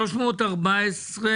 הצבעה אושר.